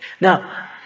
Now